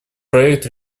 проект